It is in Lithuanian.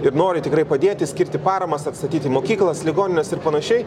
ir nori tikrai padėti skirti paramas atstatyti mokyklas ligonines ir panašiai